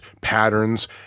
patterns